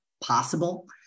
possible